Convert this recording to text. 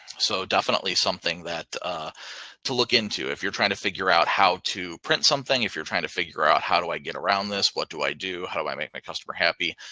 so definitely something that to look into if you're trying to figure out how to print something. if you're trying to figure out how do i get around this? what do i do? how do i make my customer happy?